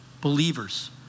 believers